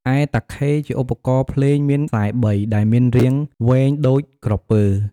ឯតាខេ ជាឧបករណ៍ភ្លេងមានខ្សែ ៣ ដែលមានរាងវែងដូចក្រពើ។